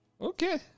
Okay